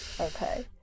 Okay